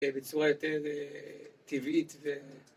בצורה יותר טבעית, ו...